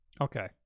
Okay